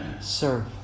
serve